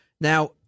Now